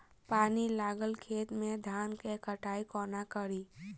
पानि लागल खेत मे धान केँ कटाई कोना कड़ी?